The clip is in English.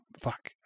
Fuck